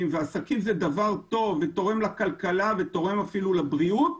ועסקים זה דבר טוב שתורם לכלכלה ותורם אפילו לבריאות,